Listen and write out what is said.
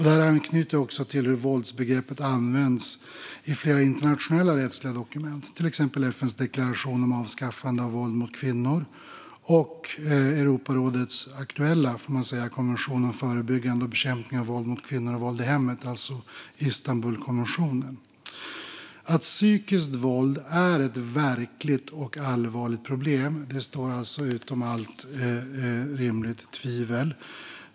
Detta anknyter till hur våldsbegreppet används i flera internationella rättsliga dokument, till exempel FN:s deklaration om avskaffande av våld mot kvinnor och Europarådets aktuella konvention om förebyggande och bekämpning av våld mot kvinnor och våld i hemmet, Istanbulkonventionen. Att psykiskt våld är ett verkligt och allvarligt problem står alltså utom allt rimligt tvivel.